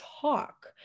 talk